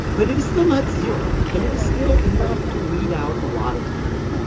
but it is still not zero. and it is still enough to weed out a lot of people.